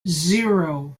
zero